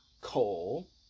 Coal